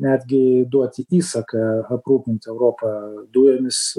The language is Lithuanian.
netgi duoti įsaką aprūpinti europą dujomis